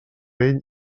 ell